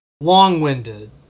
long-winded